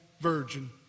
virgin